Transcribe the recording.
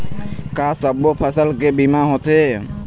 का सब्बो फसल के बीमा होथे?